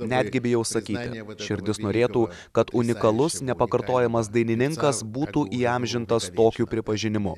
netgi bijau sakyti širdis norėtų kad unikalus nepakartojamas dainininkas būtų įamžintas tokiu pripažinimu